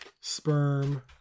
sperm